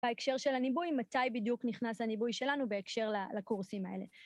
בהקשר של הניבוי, מתי בדיוק נכנס הניבוי שלנו בהקשר לקורסים האלה.